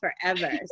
forever